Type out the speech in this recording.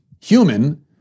human